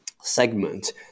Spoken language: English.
segment